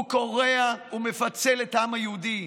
הוא קורע ומפצל את העם היהודי.